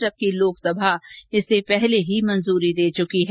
जबकि लोकसभा इसे पहले ही अपनी मंजूरी दे चुकी है